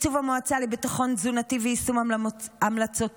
תקצוב המועצה לביטחון תזונתי ויישום המלצותיה,